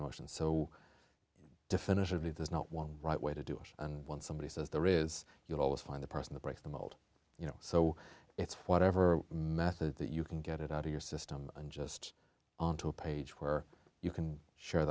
emotion so definitively there's not one right way to do it and when somebody says there is you'll always find the person that breaks the mold you know so it's whatever method that you can get it out of your system and just onto a page where you can share